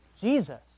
Jesus